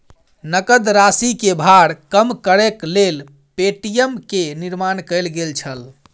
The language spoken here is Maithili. नकद राशि के भार कम करैक लेल पे.टी.एम के निर्माण कयल गेल छल